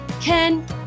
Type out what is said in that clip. Ken